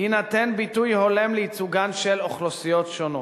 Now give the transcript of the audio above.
יינתן ביטוי הולם לייצוג אוכלוסיות שונות.